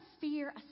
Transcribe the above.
fear